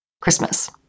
Christmas